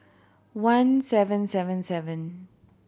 one seven seven seven